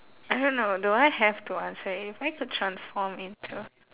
I don't know do I have to answer if I could transform into